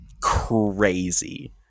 crazy